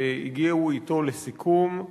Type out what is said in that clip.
והגיעו אתו לסיכום.